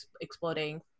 exploding